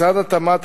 משרד התמ"ת,